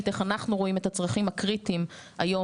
איך אנחנו רואים את הצרכים הקריטיים היום.